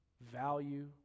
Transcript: value